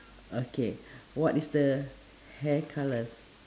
okay what is the hair colours